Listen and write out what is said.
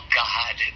god